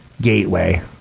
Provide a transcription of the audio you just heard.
Gateway